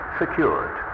secured